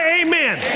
amen